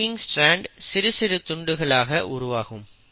லகிங் strand சிறு சிறு துண்டுகளாக உருவாகும்